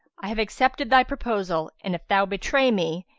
i have accepted thy proposal and, if thou betray me,